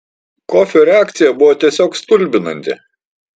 kofio reakcija buvo tiesiog stulbinanti